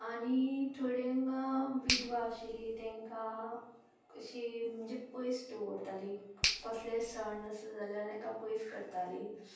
आनी थोड्यांक विधवा आशिल्लीं तांकां अशीं म्हणजे पयस दवरताली कसलेय सण आसा जाल्यार तांकां पयस करताली